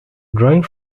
drawing